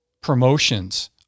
promotions